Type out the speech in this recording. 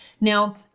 Now